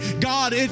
God